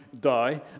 die